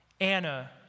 Anna